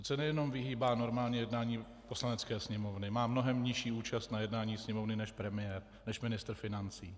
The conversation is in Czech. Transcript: On se nejenom vyhýbá normálně jednáním Poslanecké sněmovny, má mnohem nižší na jednáních Sněmovny než premiér, než ministr financí.